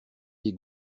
des